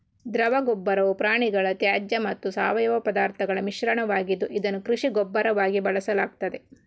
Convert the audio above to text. ದ್ರವ ಗೊಬ್ಬರವು ಪ್ರಾಣಿಗಳ ತ್ಯಾಜ್ಯ ಮತ್ತು ಸಾವಯವ ಪದಾರ್ಥಗಳ ಮಿಶ್ರಣವಾಗಿದ್ದು, ಇದನ್ನು ಕೃಷಿ ಗೊಬ್ಬರವಾಗಿ ಬಳಸಲಾಗ್ತದೆ